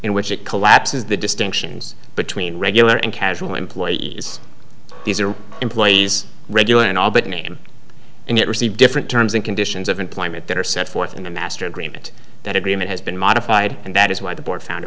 in which it collapses the distinctions between regular and casual employees these are employees regularly and all but name and yet received different terms and conditions of employment that are set forth in the master agreement that agreement has been modified and that is why the board found